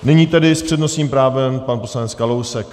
Nyní tedy s přednostním právem pan poslanec Kalousek.